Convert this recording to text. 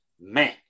man